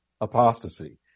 apostasy